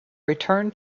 return